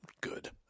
good